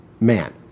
man